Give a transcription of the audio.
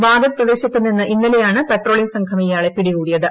വാഗദ് പ്രദേശത്തു നിന്ന് ഇന്നലെയാണ് പെട്രോളിങ്ങ് സംഘം ഇയാളെ പിടികൂടിയത്